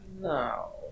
No